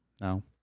No